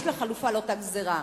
יש לה חלופה לאותה גזירה.